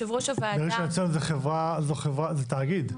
בראשון לציון זה תאגיד.